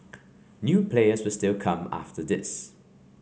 new players still come after this